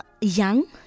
young